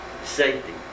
safety